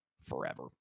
forever